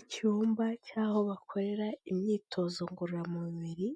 Icyumba cy'aho bakorera imyitozo ngororamumubiri